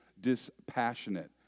dispassionate